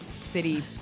City